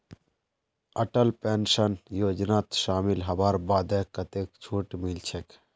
Atal pension योजनात शामिल हबार बादे कतेक छूट मिलछेक